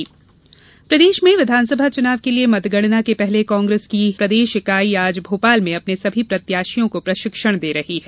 कांग्रेस प्रशिक्षण प्रदेश में विधानसभा चुनाव के लिए मतगणना के पहले कांग्रेस की प्रदेश इकाई आज भोपाल में अपने सभी प्रत्याशियों को प्रशिक्षण दे रही है